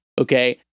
Okay